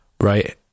right